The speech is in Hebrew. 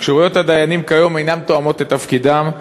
כשירויות הדיינים היום אינן תואמות את תפקידם,